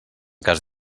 cas